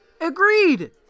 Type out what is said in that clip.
agreed